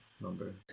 number